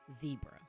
zebra